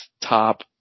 top